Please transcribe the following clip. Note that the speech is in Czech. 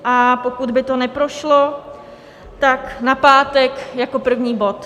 A pokud by to neprošlo, tak na pátek jako první bod.